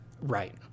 Right